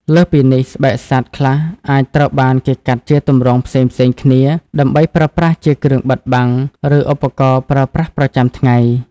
លើសពីនេះ ស្បែកសត្វខ្លះអាចត្រូវបានគេកាត់ជាទម្រង់ផ្សេងៗគ្នា ដើម្បីប្រើប្រាស់ជាគ្រឿងបិទបាំង ឬឧបករណ៍ប្រើប្រាស់ប្រចាំថ្ងៃ